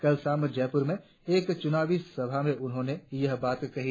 कल शाम जयपुर में एक चुनावी सभा में उन्होंने यह बात कही